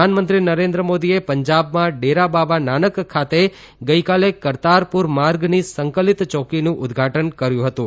પ્રધાનમંત્રી નરેન્દ્ર મોદીએ પંજાબમાં ડેરાબાબ નાનક ખાતે ગઇકાલે કરતારપુર માર્ગની સંકલિત ચોકીનું ઉદ્દઘાટન કર્યું હતું